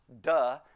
duh